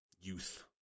youth